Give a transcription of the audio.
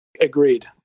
Agreed